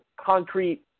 concrete